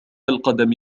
القدم